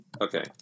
Okay